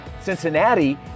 Cincinnati